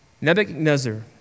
Nebuchadnezzar